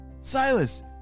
Silas